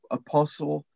apostle